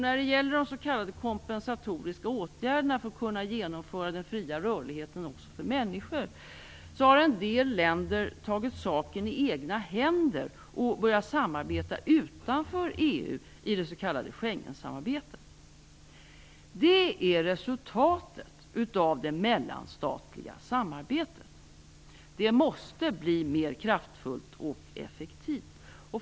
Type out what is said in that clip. När det gäller de s.k. kompensatoriska åtgärderna för att kunna genomföra den fria rörligheten också för människor har en del länder tagit saken i egna händer och börjat samarbeta utanför EU i det s.k. Schengensamarbetet. Detta är resultatet av det mellanstatliga samarbetet. Det måste bli mer kraftfullt och effektivt.